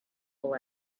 will